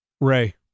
Ray